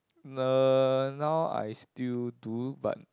n~ now I still do but